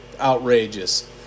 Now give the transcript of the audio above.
Outrageous